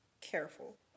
careful